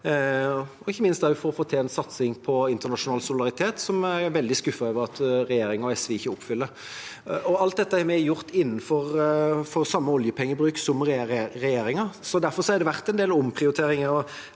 og ikke minst også for å få til en satsing på internasjonal solidaritet, som jeg er veldig skuffet over at regjeringen og SV ikke oppfyller. Alt dette har vi gjort innenfor samme oljepengebruk som regjeringa. Derfor har det vært en del omprioriteringer.